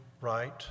right